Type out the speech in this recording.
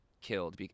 killed